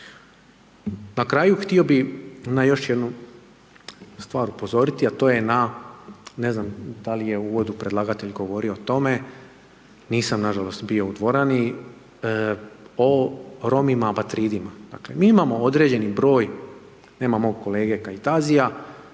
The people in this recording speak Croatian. Na kraju htio bi, na još jednu stvar upozoriti, a to je na ne znam, da li je u uvodu predlagatelj govorio o tome, nisam nažalost bio u dvoranima, o Romima …/Govornik se ne razumije./… Dakle, mi imao određeni broj, nema mog kolege Kajtazija,